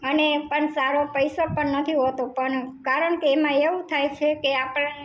અને પણ સારો પૈસો પણ નથી હોતું પણ કારણ કે એમાં એવું થાય છે કે આપણને